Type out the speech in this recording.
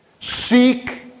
Seek